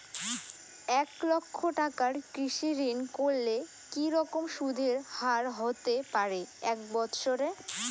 এক লক্ষ টাকার কৃষি ঋণ করলে কি রকম সুদের হারহতে পারে এক বৎসরে?